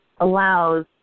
allows